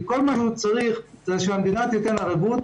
כי כל מה שצריך זה שהמדינה תיתן ערבות,